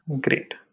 Great